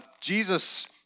Jesus